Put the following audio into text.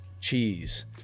cheese